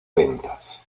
ventas